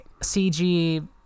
CG